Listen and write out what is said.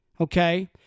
okay